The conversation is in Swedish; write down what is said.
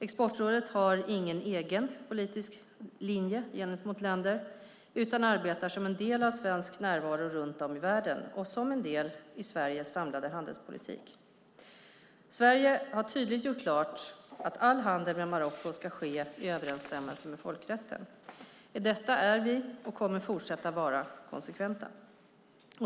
Exportrådet har ingen egen politisk linje gentemot länder, utan arbetar som en del av svensk närvaro runt om i världen och som en del i Sveriges samlade handelspolitik. Sverige har tydligt gjort klart att all handel med Marocko ska ske i överensstämmelse med folkrätten. I detta är vi och kommer att fortsätta att vara konsekventa.